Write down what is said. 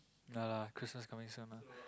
ya lah Christmas coming soon ah